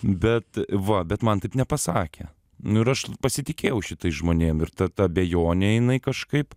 bet va bet man taip nepasakė nu ir aš pasitikėjau šitais žmonėm ir ta ta abejonė jinai kažkaip